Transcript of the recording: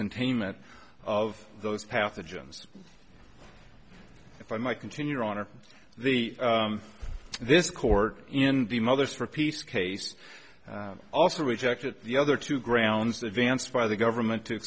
containment of those pathogens if i might continue on or the this court in the mother's for peace case also rejected the other two grounds advanced by the government to